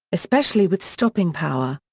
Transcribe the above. especially with stopping power.